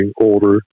older